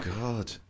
God